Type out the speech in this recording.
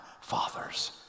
father's